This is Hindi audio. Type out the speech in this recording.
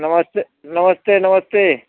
नमस्ते नमस्ते नमस्ते